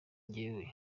njyewe